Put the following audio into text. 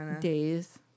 days